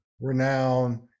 renowned